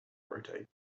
rotate